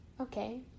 Okay